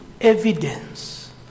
evidence